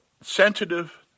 sensitive